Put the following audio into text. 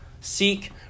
Seek